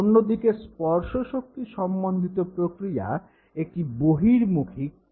অন্যদিকে স্পর্শশক্তি সম্বন্ধিত প্রক্রিয়া একটি বহির্মুখী ক্রিয়া